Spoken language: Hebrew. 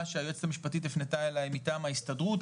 שהיועצת המשפטית הפנתה אלי מטעם ההסתדרות,